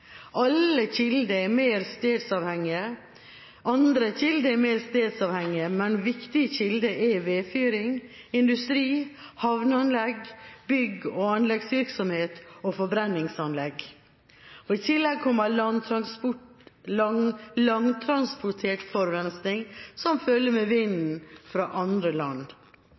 Andre kilder er mer stedsavhengige, men viktige kilder er vedfyring, industri, havneanlegg, bygg- og anleggsvirksomhet og forbrenningsanlegg. I tillegg kommer langtransportert forurensning, som følger med